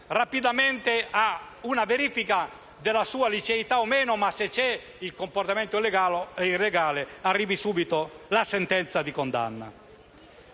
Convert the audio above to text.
rapidamente a una verifica della sua liceità o meno, e in modo che se c'è stato un comportamento illegale arrivi subito la sentenza di condanna.